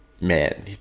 Man